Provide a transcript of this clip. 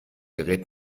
gerät